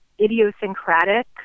idiosyncratic